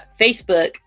facebook